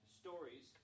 stories